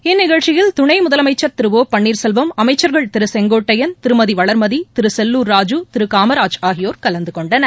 இந்நிகழ்ச்சியில் துணை முதலமைச்சர் திரு ஒ பள்ளீர்செல்வம் அமைச்சர்கள் திரு செங்கோட்டையன் திருமதி வளர்மதி திரு செல்லுர் ராஜு திரு காமராஜ் கலந்து கொண்டனர்